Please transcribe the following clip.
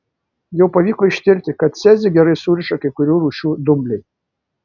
jau pavyko ištirti kad cezį gerai suriša kai kurių rūšių dumbliai